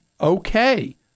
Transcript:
okay